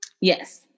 yes